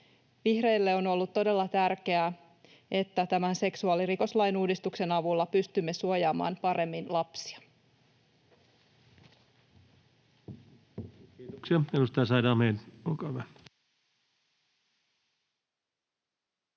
Vihreille on ollut todella tärkeää, että tällä seksuaalirikoslain uudistuksen avulla pystymme suojaamaan paremmin lapsia. [Speech 175] Speaker: Ensimmäinen